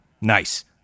Nice